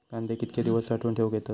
कांदे कितके दिवस साठऊन ठेवक येतत?